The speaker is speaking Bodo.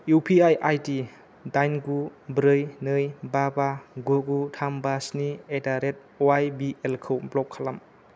इउ पि आइ आइदि दाइन गु ब्रै नै बा बा गु गु थाम बा स्नि एट दा रेट वाय बि एल खौ ब्ल'क खालाम